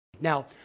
Now